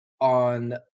on